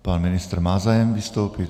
Pan ministr má zájem vystoupit.